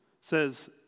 says